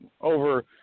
over